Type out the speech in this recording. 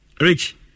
Rich